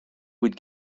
would